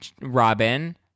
Robin